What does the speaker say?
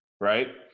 right